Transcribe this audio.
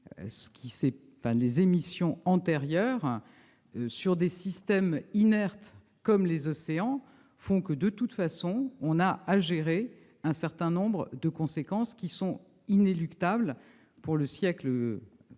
des émissions antérieures sur des systèmes inertes comme les océans nous oblige tout de même à gérer un certain nombre de conséquences inéluctables pour le siècle actuel,